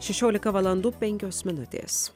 šešiolika valandų penkios minutės